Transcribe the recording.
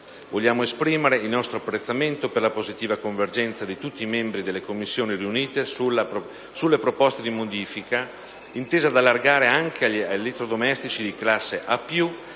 Vogliamo esprimere il nostro apprezzamento per la positiva convergenza di tutti i membri delle Commissioni riunite sulle proposte di modifica intese ad allargare anche agli elettrodomestici di classe A+